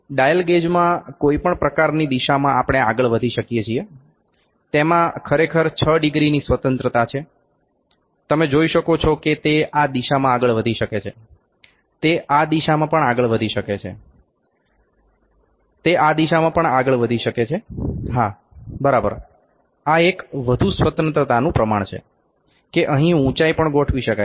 dial ગેજમાં કોઈ પણ પ્રકારની દિશામાં આપણે આગળ વધી શકીએ છીએ તેમાં ખરેખર 6 ડિગ્રીની સ્વતંત્રતા છે તમે જોઈ શકો છો કે તે આ દિશામાં આગળ વધી શકે છેતે આ દિશામાં પણ આગળ વધી શકે છે તે આ દિશામાં પણ આગળ વધી શકે છે હા બરાબર આ એક વધુ સ્વતંત્રતાનું પ્રમાણ છે કે અહી ઉંચાઇ પણ ગોઠવી શકાય છે